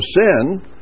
sin